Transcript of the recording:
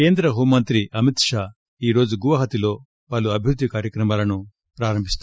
కేంద్ర హోం మంత్రి అమిత్ షా ఈరోజు గువహతిలో పలు అభివృద్ధి కార్యక్రమాలను ప్రారంభిస్తారు